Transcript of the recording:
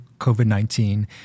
COVID-19